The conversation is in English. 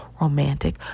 Romantic